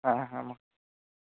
ᱦᱮᱸ ᱦᱮᱸ